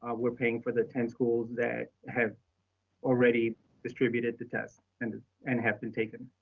ah we're paying for the ten schools that have already distributed the test and and have them taken.